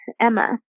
Emma